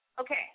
Okay